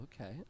okay